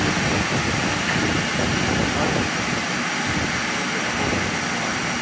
ᱦᱮᱸ ᱨᱟᱡᱽᱟᱹᱨᱤ ᱞᱮᱠᱟᱛᱮ ᱥᱟᱹᱨᱤᱜᱮ ᱟᱵᱚ ᱥᱚᱢᱟᱡᱽ ᱨᱮ